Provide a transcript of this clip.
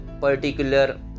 particular